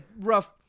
rough